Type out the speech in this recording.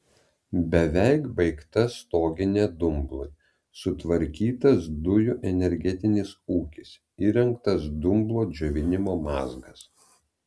beveik baigta stoginė dumblui sutvarkytas dujų energetinis ūkis įrengtas dumblo džiovinimo mazgas